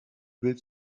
bild